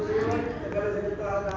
इति